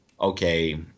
okay